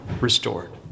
Restored